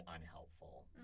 unhelpful